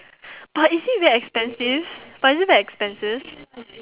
but is it very expensive but is it very expensive